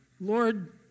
Lord